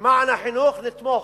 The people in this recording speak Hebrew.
למען החינוך, נתמוך.